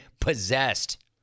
possessed